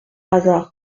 hasard